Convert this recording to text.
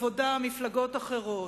העבודה ומפלגות אחרות,